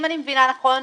אם אני מבינה נכון,